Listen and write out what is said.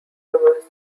rivers